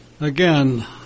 again